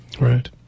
Right